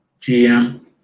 GM